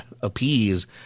appease